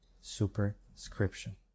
superscription